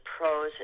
pros